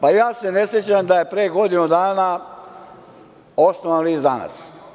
Pa, ja se ne sećam da je pre godinu dana osnovan list „Danas“